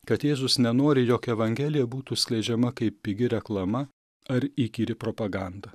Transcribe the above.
kad jėzus nenori jog evangelija būtų skleidžiama kaip pigi reklama ar įkyri propaganda